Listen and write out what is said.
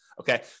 Okay